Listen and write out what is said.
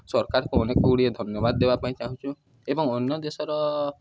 ସରକାରକୁ ଅନେକ ଗୁଡ଼ିଏ ଧନ୍ୟବାଦ ଦେବା ପାଇଁଁ ଚାହୁଁଛୁ ଏବଂ ଅନ୍ୟ ଦେଶର